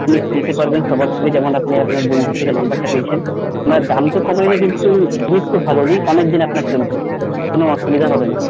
আপনি শুনতে পারবেন সবার থেকে যেমন আপনি আপনার বন্ধুর থেকে নাম্বারটা পেয়েছেন আমরা দাম তো কমাই না কিন্তু জিনিস খুবই ভাল দিই অনেকদিন আপনার চলবে কোনও অসুবিধা হবে না